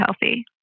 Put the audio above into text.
healthy